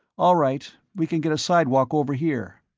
all right. we can get a sidewalk over here.